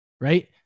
Right